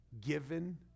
Given